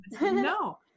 No